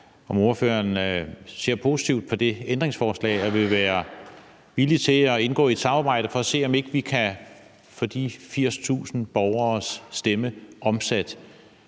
om ordføreren ser positivt på det ændringsforslag og vil være villig til at indgå i et samarbejde for at se, om vi ikke kan få de 80.000 borgeres stemme omsat